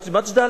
מג'דל,